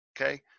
Okay